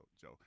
Joe